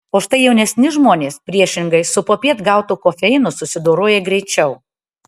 o štai jaunesni žmonės priešingai su popiet gautu kofeinu susidoroja greičiau